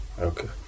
Okay